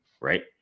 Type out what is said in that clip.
Right